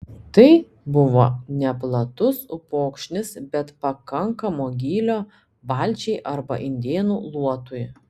tai buvo neplatus upokšnis bet pakankamo gylio valčiai arba indėnų luotui